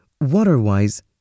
water-wise